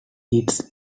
its